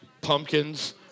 pumpkins